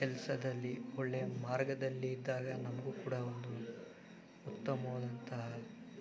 ಕೆಲಸದಲ್ಲಿ ಒಳ್ಳೆ ಮಾರ್ಗದಲ್ಲಿ ಇದ್ದಾಗ ನಮಗೂ ಕೂಡ ಒಂದು ಉತ್ತಮವಾದಂತಹ